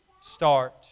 start